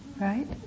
right